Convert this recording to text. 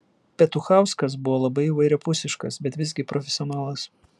petuchauskas buvo labai įvairiapusiškas bet visgi profesionalas